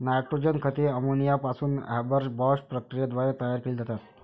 nitrogen खते ammonia पासून Haber Bosch प्रक्रियेद्वारे तयार केली जातात